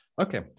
Okay